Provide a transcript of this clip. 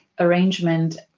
arrangement